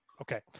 okay